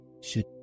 should